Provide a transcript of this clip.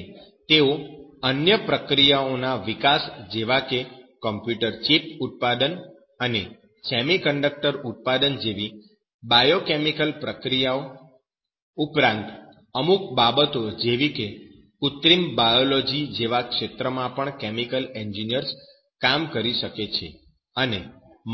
એટલે કે તેઓ અન્ય પ્રક્રિયાઓના વિકાસ જેવા કે કમ્પ્યુટર ચિપ ઉત્પાદન અને સેમિકન્ડક્ટર ઉત્પાદન જેવી બાયોકેમિકલ પ્રક્રિયાઓ ઉપરાંત અમુક બાબતો જેવી કે કૃત્રિમ બાયોલોજી જેવા ક્ષેત્રમાં પણ કેમિકલ એન્જિનિયર્સ કામ કરી શકે છે અને